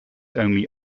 only